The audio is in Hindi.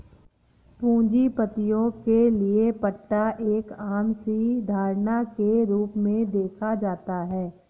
पूंजीपतियों के लिये पट्टा एक आम सी धारणा के रूप में देखा जाता है